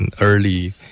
early